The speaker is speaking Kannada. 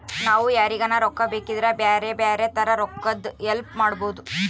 ನಾವು ಯಾರಿಗನ ರೊಕ್ಕ ಬೇಕಿದ್ರ ಬ್ಯಾರೆ ಬ್ಯಾರೆ ತರ ರೊಕ್ಕದ್ ಹೆಲ್ಪ್ ಮಾಡ್ಬೋದು